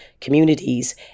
communities